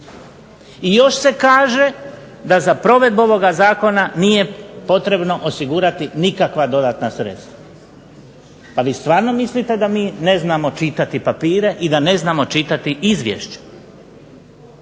I još se kaže da za provedbu ovog zakona nije potrebno osigurati nikakva dodatna sredstva. Pa vi stvarno mislite da mi ne znamo čitati papire i da ne znamo čitati izvješće.